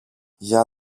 για